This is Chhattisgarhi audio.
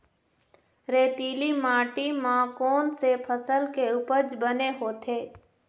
रेतीली माटी म कोन से फसल के उपज बने होथे?